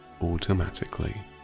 automatically